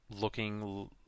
looking